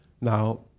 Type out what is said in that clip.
Now